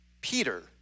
Peter